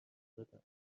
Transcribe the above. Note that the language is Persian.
بدم